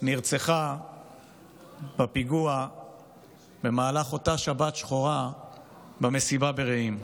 נרצחה בפיגוע באותה שבת שחורה במסיבה ברעים.